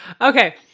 Okay